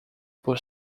por